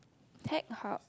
tech hub